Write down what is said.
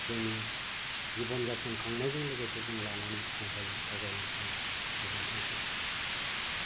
जोंनि जिबन जापन खांनायजों लोगोसे जों लानानै थांफायो आवगाय लांफायो गोजोन्थोंसै